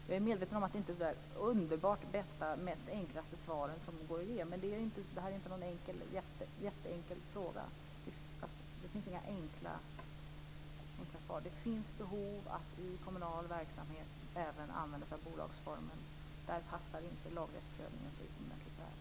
Jag är medveten om att det här inte är de underbart bästa och enklaste svaren, men det här är inte någon enkel fråga. Det finns inga enkla svar. Det finns behov av att i kommunal verksamhet även använda sig av bolagsformen. Där passar inte laglighetsprövningen så utomordentligt väl.